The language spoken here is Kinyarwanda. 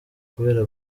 kubera